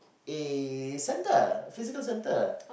a center a physical center